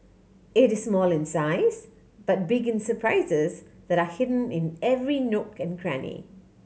it is small in size but big in surprises that are in every nook and cranny